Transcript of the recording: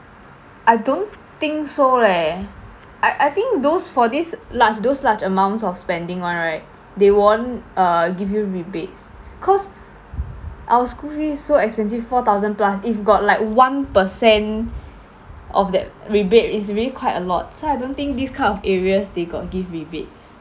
I don't think so leh I I think those for this large those large amounts of spending [one] right they won't uh give you rebates cause our school fees so expensive four thousand plus if got like one per cent of that rebate it's already quite a lot so I don't think this kind of areas they got give rebates